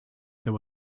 there